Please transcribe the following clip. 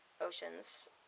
Ocean's